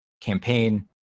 campaign